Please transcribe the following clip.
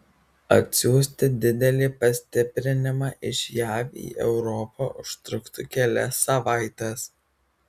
atsiųsti didelį pastiprinimą iš jav į europą užtruktų kelias savaites